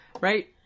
right